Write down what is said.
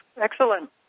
excellent